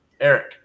Eric